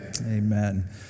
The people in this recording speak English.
Amen